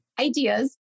ideas